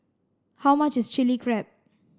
how much is Chilli Crab